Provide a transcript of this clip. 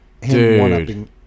dude